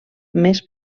més